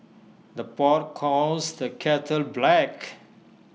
the pot calls the kettle black